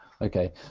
Okay